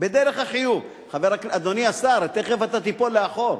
בדרך החיוב, אדוני השר, תיכף אתה תיפול לאחור,